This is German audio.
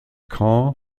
caen